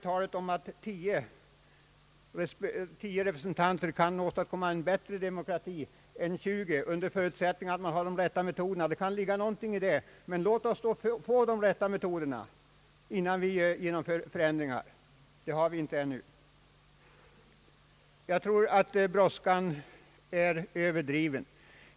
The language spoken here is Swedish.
Talet om att tio representanter kan åstadkomma en bättre demokrati än tjugo, under förutsättning att man har de rätta metoderna, kan det ligga något i, men låt oss då få de rätta metoderna, innan vi genomför förändringar! Dem har vi ännu inte funnit. Jag tror att brådskan är överdriven.